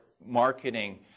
marketing